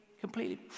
completely